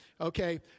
okay